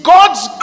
God's